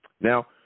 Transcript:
Now